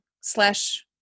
slash